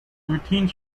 routine